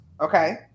okay